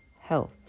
health